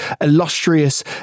illustrious